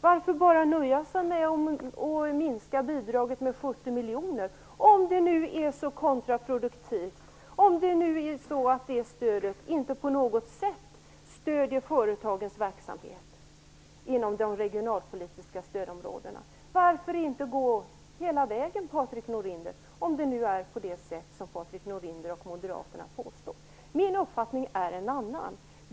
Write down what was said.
Varför bara nöja sig med att minska bidraget med 70 miljoner, om det nu är så kontraproduktivt, om nu stödet inte på något sätt stöder företagens verksamhet inom de regionalpolitiska stödområdena? Varför inte gå hela vägen, Patrik Norinder, om det nu är på det sätt som Patrik Norinder och Moderaterna påstår? Min uppfattning är en annan.